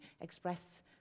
express